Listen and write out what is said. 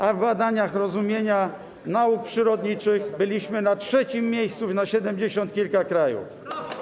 A w badaniach rozumienia nauk przyrodniczych byliśmy na trzecim miejscu na siedemdziesiąt kilka krajów.